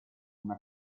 una